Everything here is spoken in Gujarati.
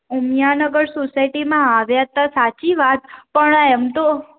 ઉમિયા નગર સોસાયટીમાં આવ્યા હતા સાચી વાત પણ એમ તો